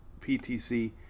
PTC